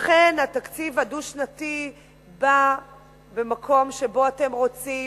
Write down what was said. לכן, התקציב הדו-שנתי בא במקום שבו אתם רוצים,